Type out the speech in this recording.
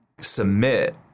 submit